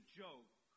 joke